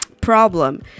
problem